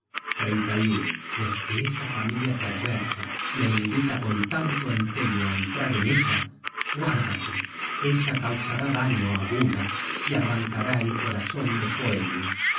aceptas á atle pues que esa familia perversa me invita con tanto empeño á entrar en ella guárdate ella causará daño á gunnar y arrancará el corazon de